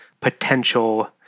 potential